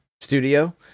studio